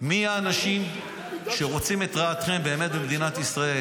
מי האנשים שרוצים את רעתכם במדינת ישראל.